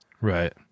right